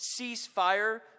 ceasefire